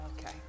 Okay